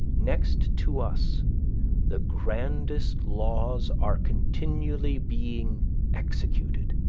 next to us the grandest laws are continually being executed.